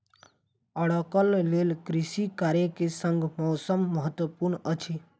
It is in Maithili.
आड़ूक लेल कृषि कार्य के संग मौसम महत्वपूर्ण अछि